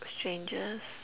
strangest